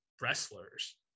wrestlers